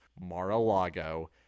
mar-a-lago